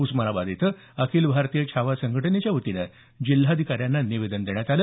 उस्मानाबाद इथं अखिल भारतीय छावा संघटनेच्यावतीनं जिल्हाधिकाऱ्यांना निवेदन देण्यात आलं